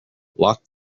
lock